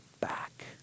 back